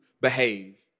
behave